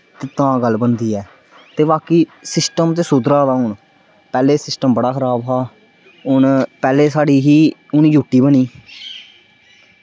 ते तां गल्ल बनदी ऐ ते बाकी सिस्टम ते सुधरा दा हून पैह्लें सिस्टम बड़ा खराब हा पैह्लें साढ़ी ही हून यू टी बनी